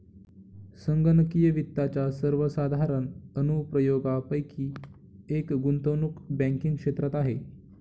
संगणकीय वित्ताच्या सर्वसाधारण अनुप्रयोगांपैकी एक गुंतवणूक बँकिंग क्षेत्रात आहे